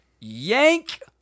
Yank